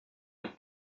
dit